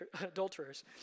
adulterers